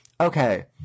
Okay